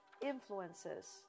influences